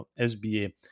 SBA